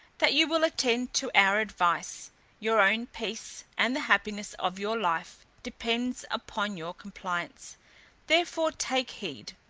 that you will attend to our advice your own peace, and the happiness of your life, depends upon your compliance therefore take heed.